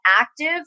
active